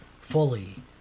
fully